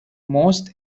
most